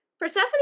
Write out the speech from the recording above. Persephone